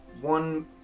one